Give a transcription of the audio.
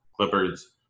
Clippers